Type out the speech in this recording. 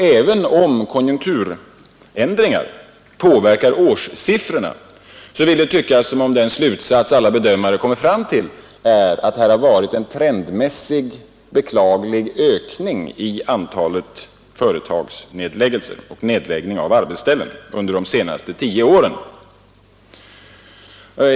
Även om konjunkturändringar påverkar årssiffrorna vill det tyckas som om den slutsats alla bedömare kommer fram till är att här har varit en trendmässig, beklaglig ökning i antalet företagsnedläggelser under de senaste tio åren.